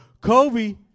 Kobe